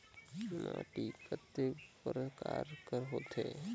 माटी कतेक परकार कर होथे?